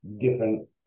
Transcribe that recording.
different